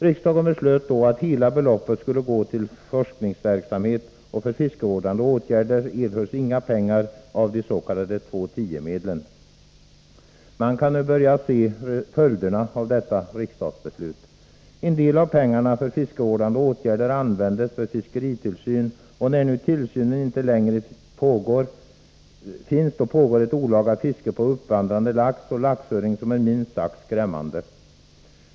Riksdagen beslöt då att hela beloppet skulle gå till forskningsverksamhet, och för fiskevårdande åtgärder erhölls inga pengar av des.k. 2:10-medlen. Man kan nu börja se följderna av detta riksdagsbeslut. En del av pengarna för fiskevårdande åtgärder används för fisketillsyn, och när nu tillsynen inte längre finns pågår ett olaga fiske på uppvandrande lax och laxöring som är minst sagt skrämmande.